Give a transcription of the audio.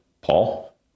Paul